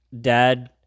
dad